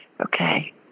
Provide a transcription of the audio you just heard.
Okay